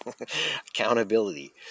Accountability